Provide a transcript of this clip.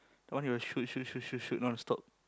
the one he will shoot shoot shoot none stop